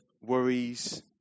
worries